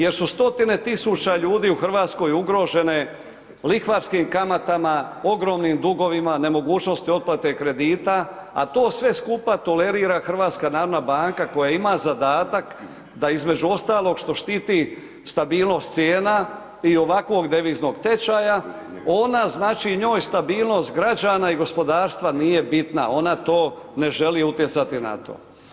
Jer su 100-tine tisuća ljudi u Hrvatskoj ugrožene lihvarskim kamatama, ogromnim dugovima, nemogućosti otplate kredita, a to sve skupa tolerira HNB koja ima zadatak da između ostalog što štiti stabilnost cijena i ovakvog deviznog tečaja, ona znači, njoj stabilnost građana i gospodarstva nije bitna, ona to ne želi utjecati na to.